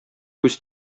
күз